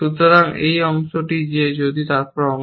সুতরাং এই অংশ যে যদি তারপর অংশ